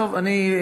אני,